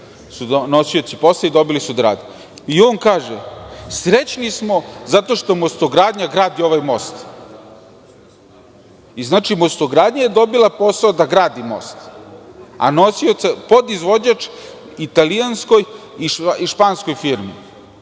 su nosioci posla i dobili su to da rade. On kaže – srećni smo zato što "Mostogradnja" gradi ovaj most. Znači, "Mostogradnja" je dobila posao da gradi most, a nosioci i podizvođač su italijanskoj i španskoj firmi